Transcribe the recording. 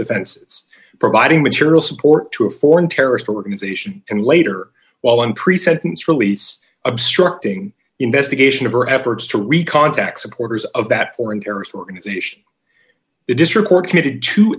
defense providing material support to a foreign terrorist organization and later while in pre sentence release obstructing the investigation of her efforts to recontact supporters of that foreign terrorist organization it is your core committed t